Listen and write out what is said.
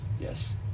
Yes